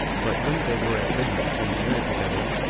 but when they were at dinner, and merry together,